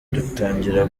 dutangira